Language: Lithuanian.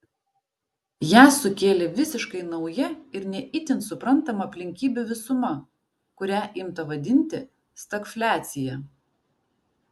ją sukėlė visiškai nauja ir ne itin suprantama aplinkybių visuma kurią imta vadinti stagfliacija